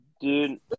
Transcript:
Dude